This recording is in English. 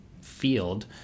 field